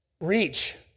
Reach